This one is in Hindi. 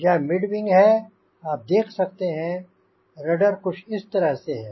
यहाँ मिड विंग है आप देख सकते हैं कि रडर कुछ इस तरह से है